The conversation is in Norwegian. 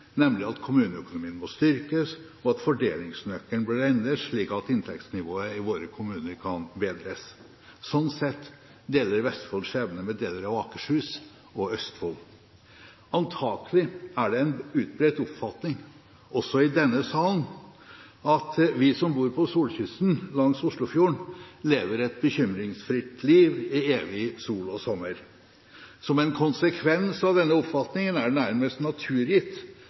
nemlig at kommuneøkonomien må styrkes, og at fordelingsnøkkelen burde endres, slik at inntektsnivået i våre kommuner kan bedres. Sånn sett deler Vestfold skjebne med deler av Akershus og Østfold. Antakelig er det en utbredt oppfatning også i denne salen at vi som bor på solkysten, langs Oslofjorden, lever et bekymringsfritt liv i evig sol og sommer. Som en konsekvens av denne oppfatningen er det nærmest naturgitt